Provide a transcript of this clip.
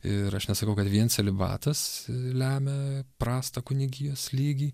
ir aš nesakau kad vien celibatas lemia prastą kunigijos lygį